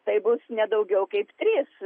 taip bus ne daugiau kaip trys